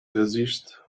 gesicht